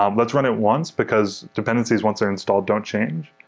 um let's run it once, because dependencies, once they're installed, don't change.